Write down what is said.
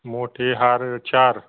मोठे हार चार